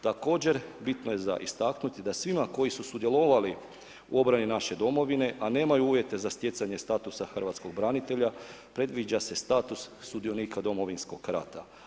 Također, bitno je za istaknuti da svima koji su sudjelovali u obrani naše domovine a nemaju uvjete za stjecanje statusa hrvatskog branitelja predviđa se status sudionika Domovinskog rata.